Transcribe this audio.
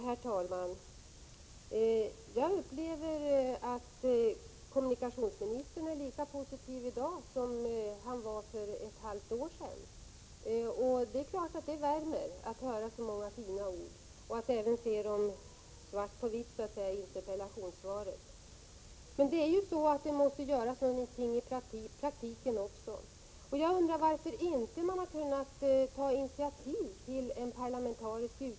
Herr talman! Jag upplever att kommunikationsministern är lika positiv i dag som han var för ett halvår sedan, och det värmer självfallet att höra så många fina ord och att även se dem i svart på vitt i interpellationssvaret. Men det måste också göras någonting i praktiken, och jag undrar varför regeringen inte har kunnat ta initiativ till en parlamentarisk utredning.